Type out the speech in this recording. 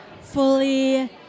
fully